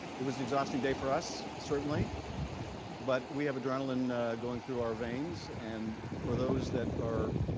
it was an exhausting day for us, certainly but we have a journaling going through our veins and for those that are